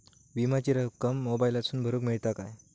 विमाची रक्कम मोबाईलातसून भरुक मेळता काय?